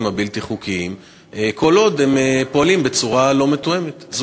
הבלתי-חוקיים כל עוד הם פועלים בצורה לא מתואמת?